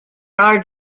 are